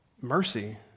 mercy